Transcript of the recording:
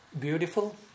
beautiful